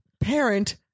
parent